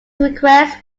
request